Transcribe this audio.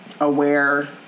aware